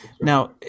Now